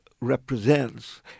represents